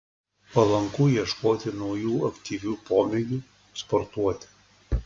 palanku ieškoti naujų aktyvių pomėgių sportuoti